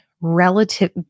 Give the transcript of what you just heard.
relative